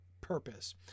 purpose